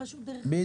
גם